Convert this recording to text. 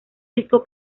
disco